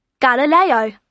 Galileo